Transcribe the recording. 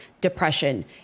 depression